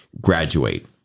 graduate